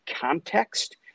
context